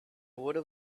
would